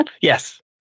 yes